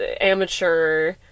amateur